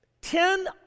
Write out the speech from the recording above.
Ten